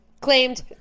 Claimed